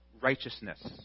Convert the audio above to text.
righteousness